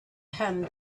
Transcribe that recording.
him